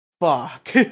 Fuck